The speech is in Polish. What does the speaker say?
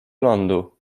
lądu